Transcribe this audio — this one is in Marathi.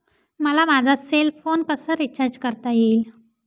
मला माझा सेल फोन कसा रिचार्ज करता येईल?